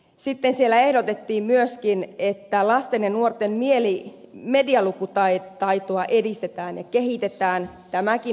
sitten siellä ehdotettiin myöskin että lasten ja nuorten medialukutaitoa edistetään ja kehitetään tämäkin hyvä asia